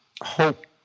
hope